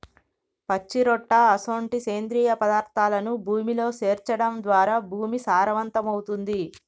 పచ్చిరొట్ట అసొంటి సేంద్రియ పదార్థాలను భూమిలో సేర్చడం ద్వారా భూమి సారవంతమవుతుంది